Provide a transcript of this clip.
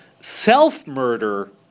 self-murder